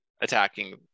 attacking